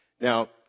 Now